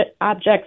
objects